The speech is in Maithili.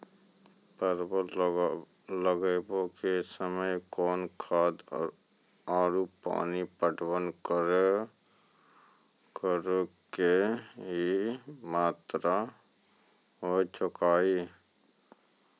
परवल लगाबै के समय कौन खाद आरु पानी पटवन करै के कि मात्रा होय केचाही?